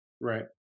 right